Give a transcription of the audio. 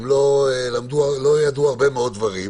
הם לא ידעו הרבה מאוד דברים.